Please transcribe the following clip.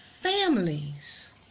families